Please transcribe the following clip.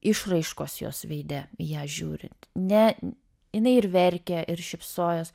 išraiškos jos veide į ją žiūrint ne jinai ir verkė ir šypsojos